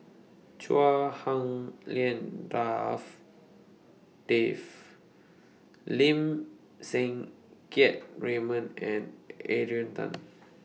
Chua Hak Lien Dave Lim Siang Keat Raymond and Adrian Tan